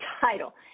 title